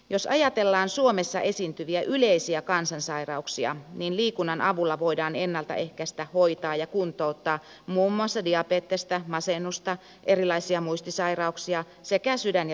jos ajatellaan suomessa esiintyviä yleisiä kansansairauksia niin liikunnan avulla voidaan ennaltaehkäistä hoitaa ja kuntouttaa muun muassa diabetesta masennusta erilaisia muistisairauksia sekä sydän ja verisuonisairauksia